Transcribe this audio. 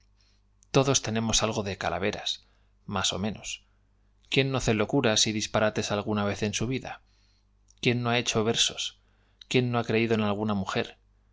todos tenemos algo de calaveras más ó sería tiempo perdido menos quién no hace locuras y disparates al el calavera se divide en silvestre y doguna vez en su vida quién n o ha hecho versos méstico quién no ha creído en alguna mujer